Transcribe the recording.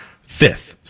Fifth